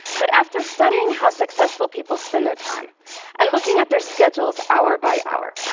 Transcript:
but after studying how successful people spend their time and looking at their schedules hour by hour,